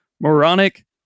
moronic